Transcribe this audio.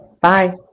Bye